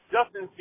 Justin